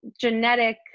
genetic